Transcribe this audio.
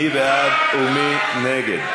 מי בעד ומי נגד?